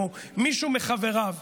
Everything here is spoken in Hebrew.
או מישהו מחבריו,